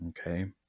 Okay